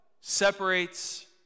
separates